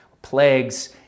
plagues